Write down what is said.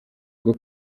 rwo